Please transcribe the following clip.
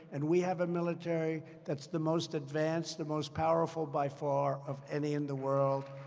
and we have a military that's the most advanced, the most powerful, by far, of any in the world.